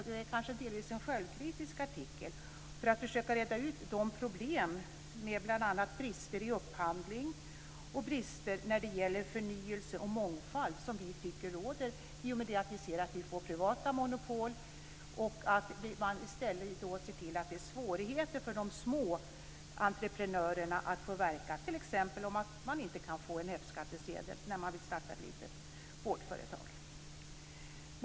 Det är kanske delvis en självkritisk artikel för att man ska försöka reda ut de problem - det är bl.a. brister i upphandling och brister när det gäller förnyelse och mångfald - som vi tycker råder i och med att vi ser att det blir privata monopol. Det blir då i stället svårigheter för de små entreprenörerna att verka. Man kan t.ex. inte få en F-skattsedel när man vill starta ett litet vårdföretag.